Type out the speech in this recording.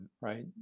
right